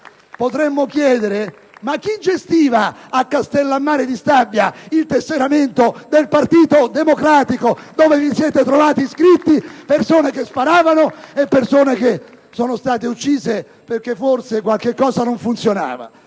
Potremmo chiedervi: chi gestiva a Castellammare di Stabia il tesseramento del Partito Democratico, dove vi siete trovati iscritte persone che sparavano *(Applausi dal Gruppo* *PdL)* e persone che sono state uccise perché forse qualcosa non funzionava?